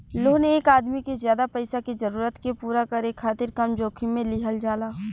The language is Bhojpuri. लोन एक आदमी के ज्यादा पईसा के जरूरत के पूरा करे खातिर कम जोखिम में लिहल जाला